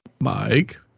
mike